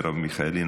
מרב מיכאלי,